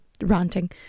ranting